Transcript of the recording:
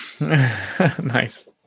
Nice